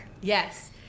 Yes